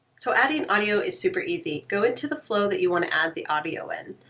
so adding audio is super easy. go into the flow that you wanna add the audio in.